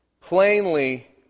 Plainly